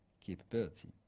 capability